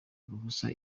uruhusa